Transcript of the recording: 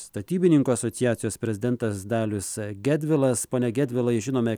statybininkų asociacijos prezidentas dalius gedvilas pone gedvilai žinome